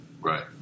Right